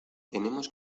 tenemos